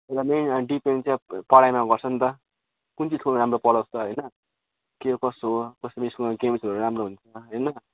कुरा मेन अब डिपेन्ड चाहिँ पढाइमा गर्छ नि त कुन चाहिँ स्कुलमा राम्रो पढाउँछ होइन के कस्तो हो कस्तो स्कुलमा राम्रो हुन्छ होइन